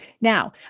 Now